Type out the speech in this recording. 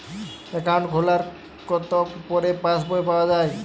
Account খোলার কতো পরে পাস বই পাওয়া য়ায়?